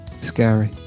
scary